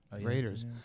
Raiders